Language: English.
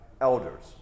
elders